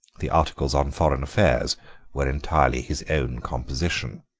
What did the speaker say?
the articles on foreign affairs were entirely his own composition.